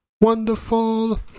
wonderful